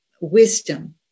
wisdom